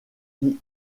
qui